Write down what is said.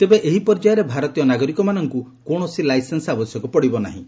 ତେବେ ଏହି ପର୍ଯ୍ୟାୟରେ ଭାରତୀୟ ନାଗରିକମାନଙ୍କୁ କୌଣସି ଲାଇସେନ୍ସ ଆବଶ୍ୟକ ପଡ଼ିବ ନାହିଁ